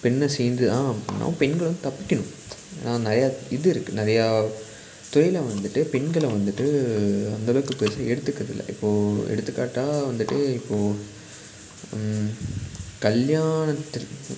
பெண்ணை சீண்டுகிறான் அப்புடினா பெண்கள் வந்து தப்பிக்கணும் நிறையா இது இருக்குது நிறையா தொழில்ல வந்துட்டு பெண்களை வந்துட்டு அந்த அளவுக்கு பெருசாக எடுத்துக்கிறது இல்லை இப்போது எடுத்துக்காட்டாக வந்துட்டு இப்போது கல்யாணத்திற்கு